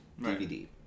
DVD